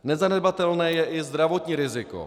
Nezanedbatelné je i zdravotní riziko.